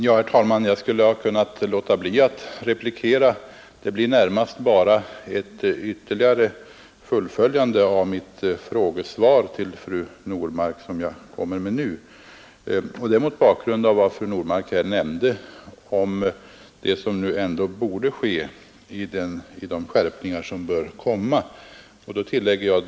Herr talman! Jag skulle ha kunnat låta bli att replikera. Det blir närmast bara ett fullföljande av mitt frågesvar till fru Normark som jag kommer med nu, mot bakgrunden av vad fru Normark nämnde om det som borde ske vid de skärpningar som väl kommer.